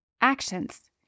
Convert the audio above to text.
Actions